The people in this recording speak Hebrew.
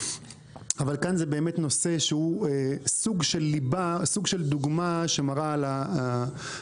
אבל כאן זה באמת נושא שהוא סוג של דוגמה שמראה על המכלול.